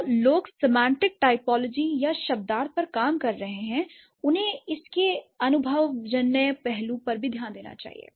जो लोग semantic typology या शब्दार्थ पर काम कर रहे हैं उन्हें इसके अनुभवजन्य पहलू पर भी ध्यान देना चाहिए